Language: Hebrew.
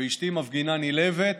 ואשתי מפגינה נלהבת.